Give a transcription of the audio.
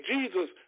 Jesus